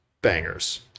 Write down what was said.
bangers